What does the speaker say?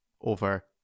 over